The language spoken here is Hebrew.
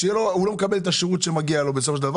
בסופו של דבר לא מקבל את השירות שמגיע לו.